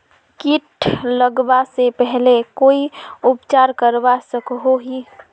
किट लगवा से पहले कोई उपचार करवा सकोहो ही?